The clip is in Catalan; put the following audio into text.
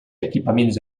equipaments